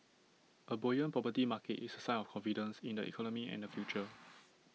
A buoyant property market is A sign of confidence in the economy and the future